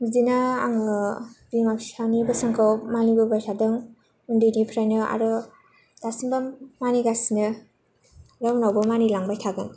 बिदिनो आङो बिमा बिफानि बोसोनखौ मानिबोबाय थादों उन्दैनिफ्रायनो आरो दासिमबो मानिगासिनो ओमफ्राय उनावबो मानिलांबाय थागोन